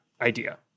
idea